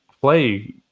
play